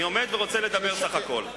אני עומד ורוצה לדבר, סך הכול.